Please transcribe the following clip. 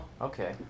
Okay